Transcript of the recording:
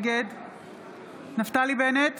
נגד נפתלי בנט,